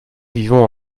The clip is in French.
vivons